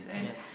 yes